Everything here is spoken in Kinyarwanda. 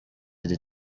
iri